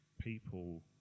people